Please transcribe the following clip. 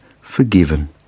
forgiven